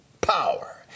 power